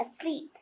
asleep